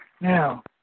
Now